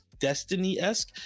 Destiny-esque